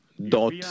dot